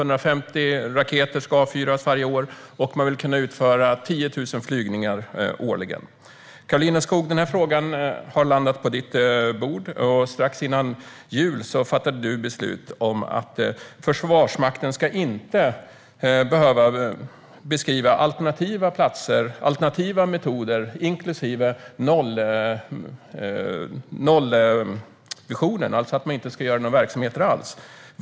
Varje år ska man avfyra 150 raketer, och man vill utföra 10 000 flygningar årligen. Karolina Skog, den här frågan har landat på ditt bord. Strax före jul fattade du beslut om att Försvarsmakten inte ska behöva beskriva alternativa platser och metoder. Man behöver inte heller ha någon nollvision, det vill säga att man inte ska ha några verksamheter alls.